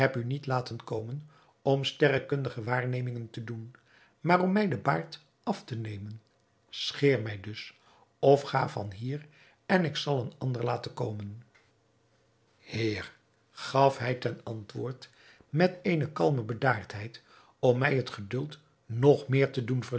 u niet laten roepen om sterrekundige waarnemingen te doen maar om mij den baard af te nemen scheer mij dus of ga van hier en ik zal een ander laten komen heer gaf hij ten antwoord met eene kalme bedaardheid om mij het geduld nog meer te doen